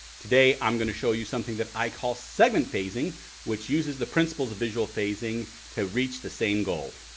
today i'm gonna show you something that i call segment phasing which uses the principles of visual phasing to reach the same goal.